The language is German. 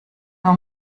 nur